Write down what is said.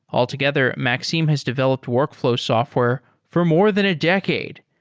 altogether, maxim has developed workflow software for more than a decade.